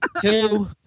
Two